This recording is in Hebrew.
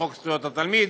חוק זכויות התלמיד,